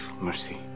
mercy